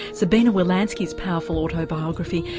sabina wolanski's powerful autobiography,